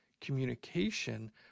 communication